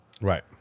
Right